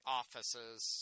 offices